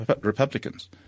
Republicans